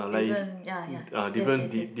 different ya ya yes yes yes